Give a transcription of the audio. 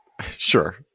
Sure